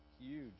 huge